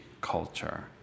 culture